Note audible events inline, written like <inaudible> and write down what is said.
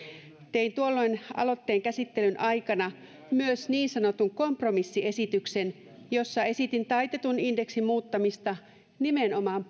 tein tuolloin aloitteen käsittelyn aikana myös niin sanotun kompromissiesityksen jossa esitin taitetun indeksin muuttamista nimenomaan <unintelligible>